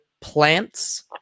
plants